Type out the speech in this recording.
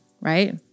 right